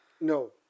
No